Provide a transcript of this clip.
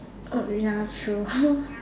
oh ya true